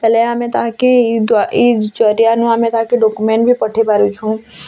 କାଲେ ଆମେ ତାହାକି ଇ ଦ୍ଵାରା ଇ ଜରିଆନୁ ଆମେ ତାକେ ଡକ୍ୟୁମେଣ୍ଟ ବି ପଠେଇ ପାରୁଛୁଁ